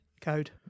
code